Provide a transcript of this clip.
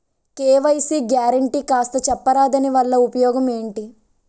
KYC guarantee కాస్త చెప్తారాదాని వల్ల ఉపయోగం ఎంటి?